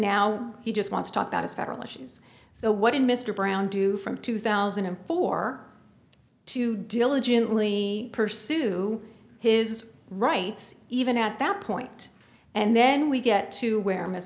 now he just wants to talk about his federal issues so what did mr brown do from two thousand and four to diligently pursue his rights even at that point and then we get to where